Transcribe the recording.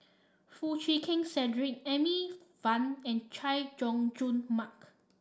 Foo Chee Keng Cedric Amy Van and Chay Jung Jun Mark